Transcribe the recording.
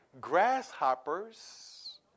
Grasshoppers